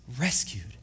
rescued